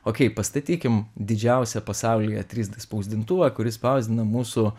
okei pastatykim didžiausią pasaulyje trys d spausdintuvą kuris spausdina mūsų